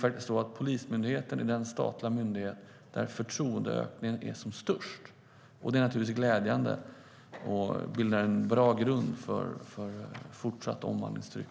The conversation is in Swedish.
Polismyndigheten är faktiskt den statliga myndighet där förtroendeökningen är som störst, och det är naturligtvis glädjande och bildar en bra grund för ett fortsatt omvandlingstryck.